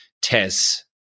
Tess